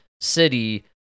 city